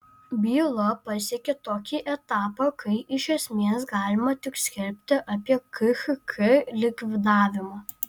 byla pasiekė tokį etapą kai iš esmės galima tik skelbti apie khk likvidavimą